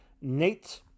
Nate